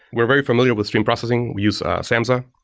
we're very familiar with stream processing. we use samza,